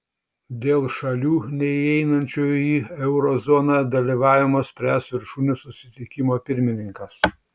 dėl šalių neįeinančių į euro zoną dalyvavimo spręs viršūnių susitikimo pirmininkas